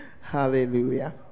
Hallelujah